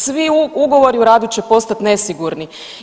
Svi ugovori o radu će postati nesigurni.